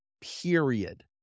period